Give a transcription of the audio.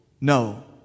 no